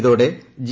ഇതോടെ ജി